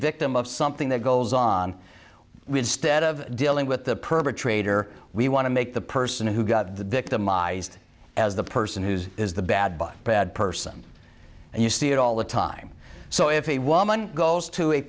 victim of something that goes on with stead of dealing with the perpetrator we want to make the person who got the victimized as the person who's is the bad blood bad person and you see it all the time so if a woman goes to a